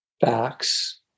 facts